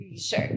Sure